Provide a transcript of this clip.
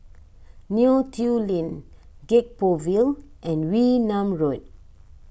Neo Tiew Lane Gek Poh Ville and Wee Nam Road